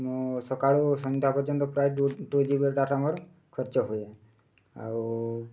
ମୁଁ ସକାଳୁ ସନ୍ଧ୍ୟା ପର୍ଯ୍ୟନ୍ତ ପ୍ରାୟ ଟୁ ଜି ବି ଡାଟା ମୋର ଖର୍ଚ୍ଚ ହୁଏ ଆଉ